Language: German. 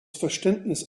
verständnis